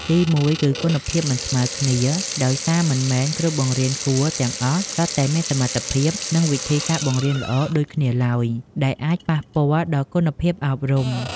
ទីមួយ គឺគុណភាពមិនស្មើគ្នា ដោយសារមិនមែនគ្រូបង្រៀនគួរទាំងអស់សុទ្ធតែមានសមត្ថភាព និងវិធីសាស្រ្តបង្រៀនល្អដូចគ្នាឡើយ ដែលអាចប៉ះពាល់ដល់គុណភាពអប់រំ។